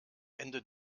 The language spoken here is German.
ende